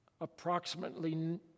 approximately